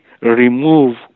remove